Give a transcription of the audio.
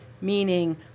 meaning